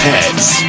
Pets